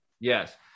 Yes